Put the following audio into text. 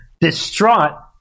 distraught